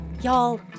Y'all